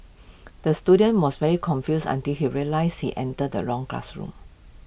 the student was very confused until he realised he entered the wrong classroom